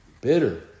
bitter